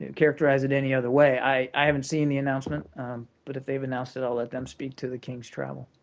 and characterize it any other way. i haven't seen the announcement but if they've announced it, i'll let them speak to the king's travel.